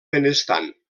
benestant